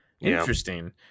interesting